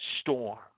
storm